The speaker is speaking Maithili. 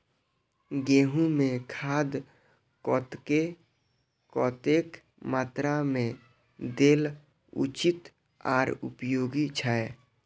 गेंहू में खाद कतेक कतेक मात्रा में देल उचित आर उपयोगी छै?